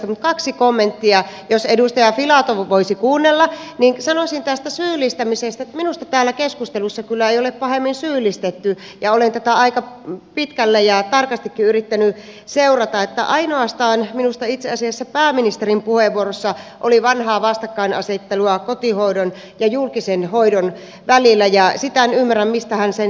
mutta kaksi kommenttia jos edustaja filatov voisi kuunnella sanoisin tästä syyllistämisestä että minusta täällä keskustelussa kyllä ei ole pahemmin syyllistetty ja olen tätä aika pitkälle ja tarkastikin yrittänyt seurata että minusta itse asiassa ainoastaan pääministerin puheenvuorossa oli vanhaa vastakkainasettelua kotihoidon ja julkisen hoidon välillä ja sitä en ymmärrä mistä hän sen siihen otti